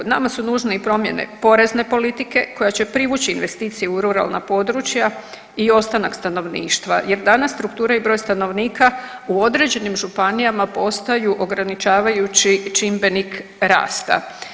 Nama su nužne i promjene porezne politike koja će privući investicije u ruralna područja i ostanak stanovništva jer danas struktura i broj stanovnika u određenim županijama postaju ograničavajući čimbenik rasta.